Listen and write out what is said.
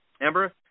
Amber